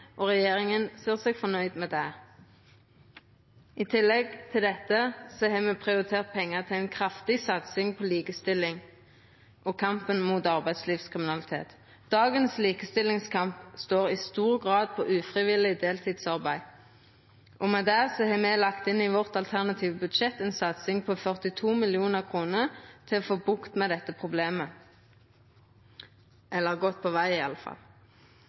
og regjeringa seier seg fornøgd med det. I tillegg til dette har me prioritert pengar til ei kraftig satsing på likestilling og på kampen mot arbeidslivskriminalitet. Dagens likestillingskamp handlar i stor grad om ufrivillig deltidsarbeid, og difor har me lagt inn i vårt alternative budsjett ei satsing på 42 mill. kr for – i alle fall godt på veg – å få bukt med dette problemet.